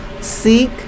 seek